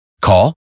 Call